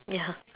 ya